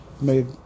made